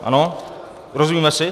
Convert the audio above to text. Ano, rozumíme si?